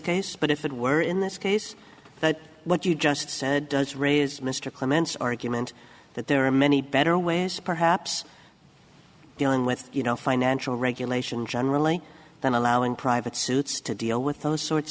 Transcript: case but if it were in this case that what you just said does raise mr clements argument that there are many better ways perhaps dealing with you know financial regulation generally then allowing private suits to deal with those sorts